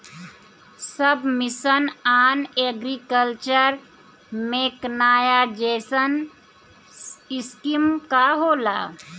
सब mission on agriculture mechanisation scheme का होला?